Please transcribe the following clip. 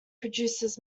produces